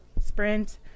Sprint